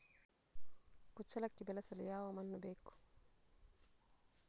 ಕುಚ್ಚಲಕ್ಕಿ ಬೆಳೆಸಲು ಯಾವ ಮಣ್ಣು ಬೇಕು?